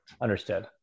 understood